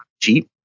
cheap